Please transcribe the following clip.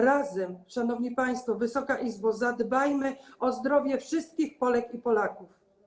Razem, szanowni państwo, Wysoka Izbo, zadbajmy o zdrowie wszystkich Polek i Polaków.